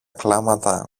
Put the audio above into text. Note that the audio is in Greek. κλάματα